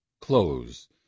close